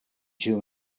you